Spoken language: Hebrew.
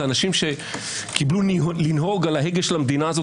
זה אנשים שקיבלו לנהוג על ההגה של המדינה הזאת.